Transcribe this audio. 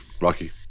Rocky